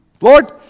Lord